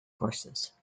courses